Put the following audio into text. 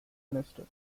minister